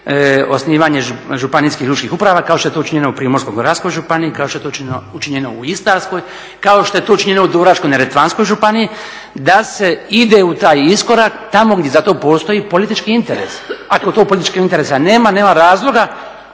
osnivanje županijskih lučkih uprava kao što je to učinjeno u Primorsko-goranskoj županiji i kao što je to učinjeno u Istarskoj, kao što je to učinjeno u Dubrovačko-neretvanskoj županiji. Da se ide u taj iskorak tamo gdje za to postoji politički interes. Ako tog političkog interesa nema, nema razloga